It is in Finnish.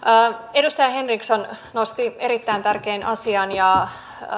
edustaja henriksson nosti erittäin tärkeän asian